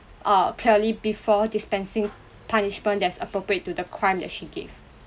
err clearly before dispensing punishment that's appropriate to the crime that she gave